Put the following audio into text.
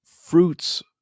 fruits